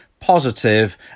positive